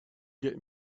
get